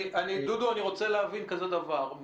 דודו, אני רוצה להבין כזה דבר.